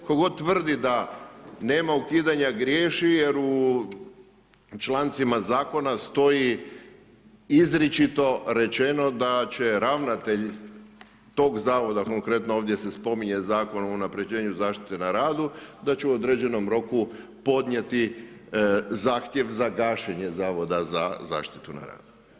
Tko god tvrdi da nema ukidanja griješi, jer u člancima zakona stoji izričito rečeno da će ravnatelj toga zavoda, konkretno ovdje se spominje Zavod za unapređenju zaštite na radu da će u određenom roku podnijeti zahtjev za gašenje Zavoda za zaštitu na radu.